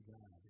God